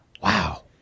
Wow